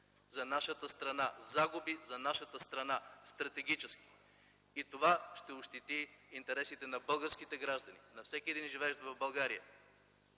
за нашата страна, загуби за нашата страна – стратегически. Това ще ощети интересите на българските граждани, на всеки един, живеещ в България.